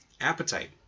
Appetite